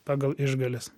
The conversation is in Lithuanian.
pagal išgales